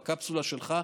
בקפסולה שלך,